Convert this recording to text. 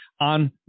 on